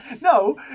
No